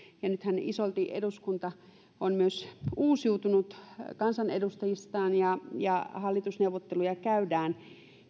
ja nythän isolti eduskunta on myös uusiutunut kansanedustajistaan ja ja hallitusneuvotteluja käydään